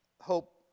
Hope